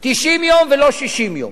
90 יום ולא 60 יום,